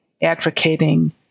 advocating